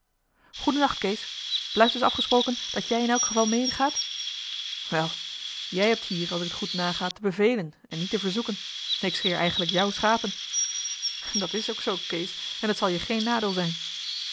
t blijft dus afgesproken dat jij in elk geval medegaat wel jij hebt hier als ik het goed na ga te bevelen en niet te verzoeken ik scheer eigenlijk jouw schapen dat is ook zoo kees en het zal je geen nadeel zijn